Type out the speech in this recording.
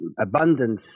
abundance